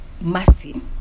mercy